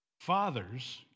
fathers